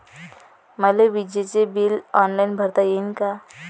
मले विजेच bill online भरता येईन का?